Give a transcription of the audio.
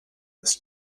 ist